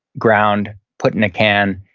ground, put in a can,